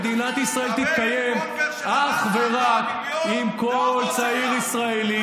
מדינת ישראל תתקיים אך ורק אם לכל צעיר ישראלי